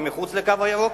ומחוץ ל"קו הירוק",